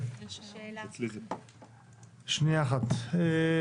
מאיפה את?